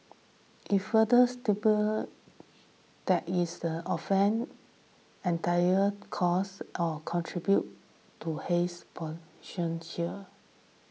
it further stipulates that it is an offence entity cause or contribute to haze pollution here